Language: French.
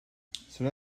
cela